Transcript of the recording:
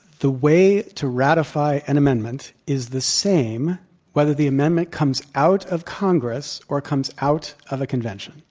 the way to ratify an amendment is the same whether the amendment comes out of congress or comes out of a convention.